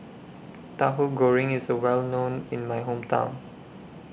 Tahu Goreng IS Well known in My Hometown